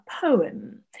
poem